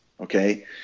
Okay